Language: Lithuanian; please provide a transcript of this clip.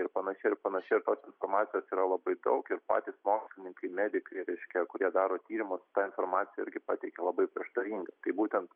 ir panašiai ir panašiai ir tos informacijos yra labai daug ir patys mokslininkai medikai reiškia kurie daro tyrimus tą informaciją irgi pateikia labai prieštaringa tai būtent